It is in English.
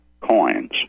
coins